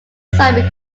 side